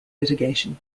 litigation